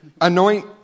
anoint